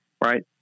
right